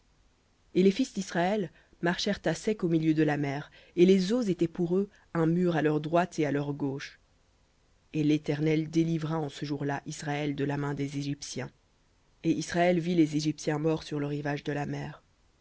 et les fils d'israël marchèrent à sec au milieu de la mer et les eaux étaient pour eux un mur à leur droite et à leur gauche et l'éternel délivra en ce jour-là israël de la main des égyptiens et israël vit les égyptiens morts sur le rivage de la mer